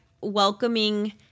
welcoming